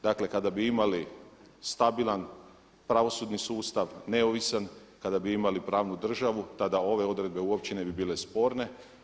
Dakle, kada bi imali stabilan pravosudni sustav, neovisan, kada bi imali pravnu državu, tada ove odredbe uopće ne bi bile sporne.